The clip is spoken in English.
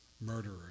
murderer